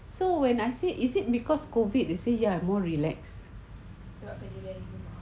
so when I say is it because COVID they say ya more relax